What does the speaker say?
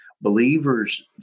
believers